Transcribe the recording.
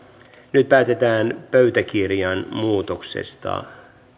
nyt päätetään pöytäkirjan muutoksesta